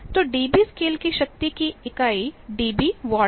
तो dB scale की शक्ति की इकाई डीबी वाट है